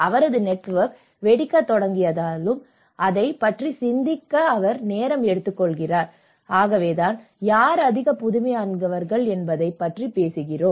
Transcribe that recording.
அவரது நெட்வொர்க் வெடிக்கத் தொடங்கியிருந்தாலும் அதைப் பற்றி சிந்திக்க அவர் நேரம் எடுத்துக்கொள்கிறார் ஆகவேதான் யார் அதிக புதுமையானவர்கள் என்பதைப் பற்றி பேசுகிறோம்